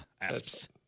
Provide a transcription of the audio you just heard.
asps